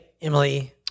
Emily